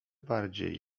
bardziej